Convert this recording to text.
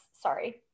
Sorry